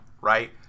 right